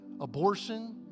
abortion